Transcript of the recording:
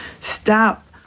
Stop